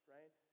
right